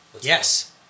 Yes